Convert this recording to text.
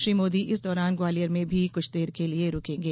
श्री मोदी इस दौरान ग्वालियर में भी कुछ देर के लिए रूकेंगे